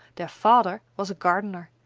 their father was a gardener,